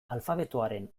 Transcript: alfabetoaren